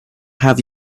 have